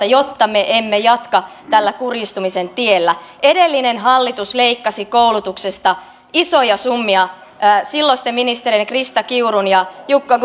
jotta me emme jatka tällä kurjistumisen tiellä edellinen hallitus leikkasi koulutuksesta isoja summia silloisten ministereiden krista kiurun ja jukka